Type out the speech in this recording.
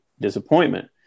disappointment